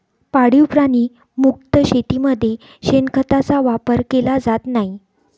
पाळीव प्राणी मुक्त शेतीमध्ये शेणखताचा वापर केला जात नाही